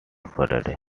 friday